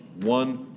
one